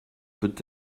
peut